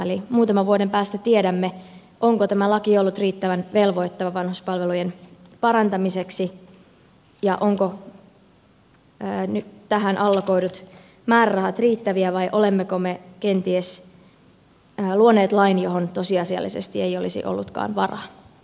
eli muutaman vuoden päästä tiedämme onko tämä laki ollut riittävän velvoittava vanhuspalvelujen parantamiseksi ja ovatko tähän allokoidut määrärahat riittäviä vai olemmeko me kenties luoneet lain johon tosiasiallisesti ei olisi ollutkaan varaa